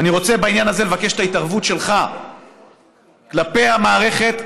ואני רוצה בעניין הזה לבקש את ההתערבות שלך כלפי המערכת,